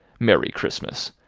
merry christmas!